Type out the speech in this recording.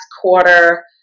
quarter